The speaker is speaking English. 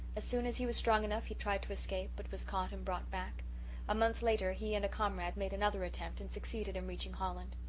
as soon as he was strong enough he tried to escape, but was caught and brought back a month later he and a comrade made another attempt and succeeded in reaching holland.